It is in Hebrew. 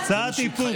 לא, קצת איפוק.